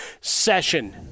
session